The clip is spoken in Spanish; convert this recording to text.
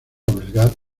albergar